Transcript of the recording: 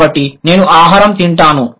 కాబట్టి నేను ఆహారం తింటాను